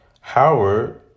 Howard